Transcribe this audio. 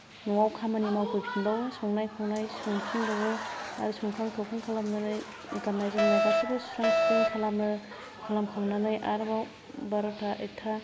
न'आव खामानि मावफैफिनबावो संनाय खावनाय संफिनबावो आरो संखां खोबखां खालामनानै गाननाय जोमनाय गासैबो सुस्रां सुस्रिं खालामो खालामखांनानै आरोबाव बार'था एकथा